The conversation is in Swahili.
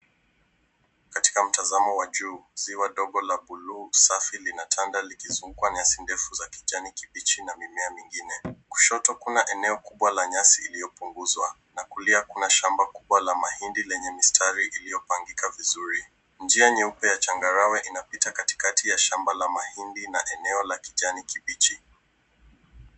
Katika mtazamo wa juu, ziwa dogo la buluu safi linatanda likizungukwa nyasi ndefu za kijani kibichi na mimea mingine. Kushoto kuna eneo kubwa la nyasi iliyopunguzwa na kulia kuna shamba kubwa la mahindi lenye mistari iliyopangika vizuri. Njia nyeupe ya changarawe inapita katikati ya shamba la mahindi na eneo la kijani kibichi.